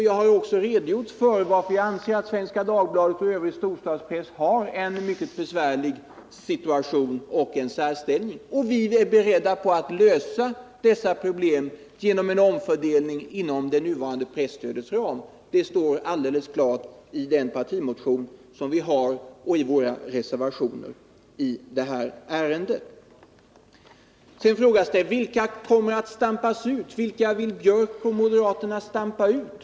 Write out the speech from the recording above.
Jag har också redogjort för varför jag anser att Svenska Dagbladet och övrig storstadspress har en mycket besvärlig situation och en särställning. Vi är beredda att lösa dessa problem genom en omfördelning inom det nuvarande presstödets ram. Det framgår klart av den partimotion som vi har väckt och av våra reservationer i det här ärendet. Vidare frågas det: Vilka tidningar vill Anders Björck och moderaterna stampa ut?